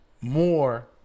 more